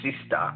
sister